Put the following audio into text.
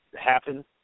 happen